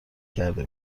کرده